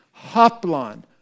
Hoplon